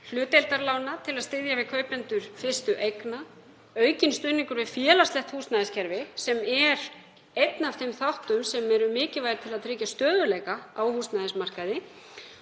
hlutdeildarlána til að styðja við kaupendur fyrstu eigna, aukinn stuðning við félagslegt húsnæðiskerfi, sem er einn af þeim þáttum sem eru mikilvægir til að tryggja stöðugleika á húsnæðismarkaði,